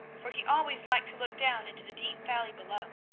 for he always liked to look down into the deep valley below.